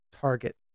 target